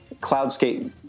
Cloudscape